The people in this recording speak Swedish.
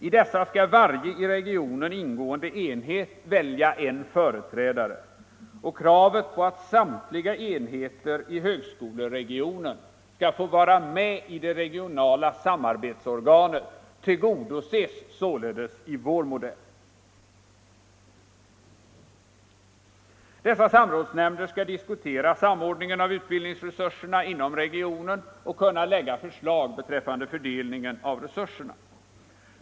I dessa nämnder skall varje i regionen ingående enhet välja en företrädare, och kravet på att samtliga enheter i högskoleregionen skall få vara med i det regionala samarbetsorganet tillgodoses sålunda i vår modell. Dessa samrådsnämnder skall diskutera samordningen av utbildningsresurserna inom regionen och lägga förslag beträffande fördelningen av resurserna.